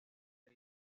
las